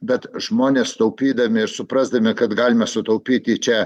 bet žmonės taupydami ir suprasdami kad galima sutaupyti čia